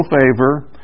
favor